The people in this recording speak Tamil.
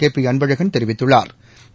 கேபி அன்பழகன் தெரிவித்துள்ளாா்